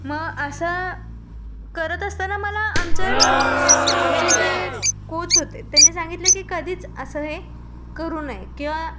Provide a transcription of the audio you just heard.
मग असं करत असताना मला आमच्या आमचे जे कोच होते त्यांनी सांगितले की कधीच असं हे करू नये किंवा